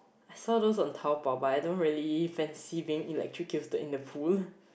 so those on Taobao but I don't really fancy being in like tricky or so in the pool